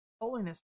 holiness